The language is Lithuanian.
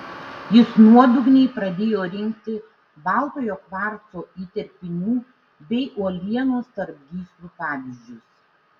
jis nuodugniai pradėjo rinkti baltojo kvarco įterpinių bei uolienos tarp gyslų pavyzdžius